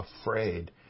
afraid